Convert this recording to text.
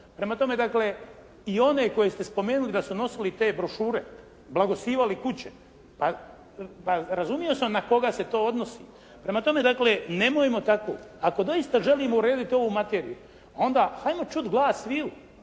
Prema tome, dakle i one koje ste spomenuli da su nosili te brošure, blagoslivljali kuće. Pa razumio sam na koga se to odnosi. Prema tome, nemojmo tako. Ako doista želimo urediti ovu materiju onda ajmo čuti glas sviju.